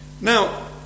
Now